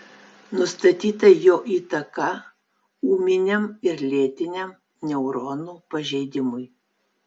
nustatyta jo įtaka ūminiam ir lėtiniam neuronų pažeidimui